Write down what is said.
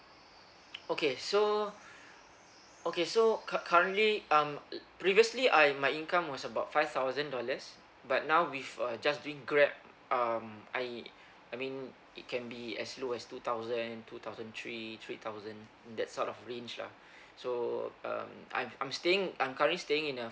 okay so okay so cu~ currently um previously I my income was about five thousand dollars but now with uh just doing grab um I I mean it can be as low as two thousand two thousand three three thousand that sort of range lah so um I'm I'm staying I'm currently staying in a